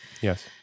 Yes